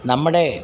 നമ്മുടെ